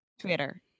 Twitter